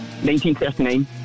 1939